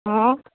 હા